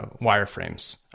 wireframes